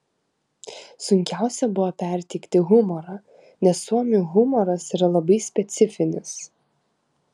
sunkiausia buvo perteikti humorą nes suomių humoras yra labai specifinis